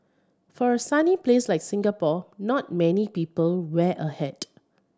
for a sunny place like Singapore not many people wear a hat